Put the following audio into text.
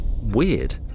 weird